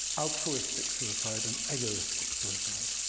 altruistic suicide and egoistic suicide.